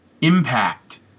impact